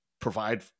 provide